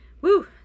Woo